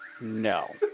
No